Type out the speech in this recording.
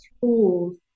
tools